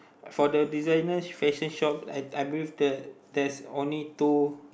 for the designer fashion shop i believe that there there's only two